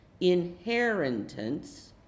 inheritance